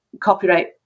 copyright